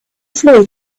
floor